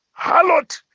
halot